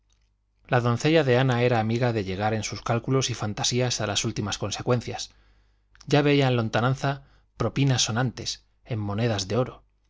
la doncella de ana era amiga de llegar en sus cálculos y fantasías a las últimas consecuencias ya veía en lontananza propinas sonantes en monedas de oro